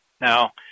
Now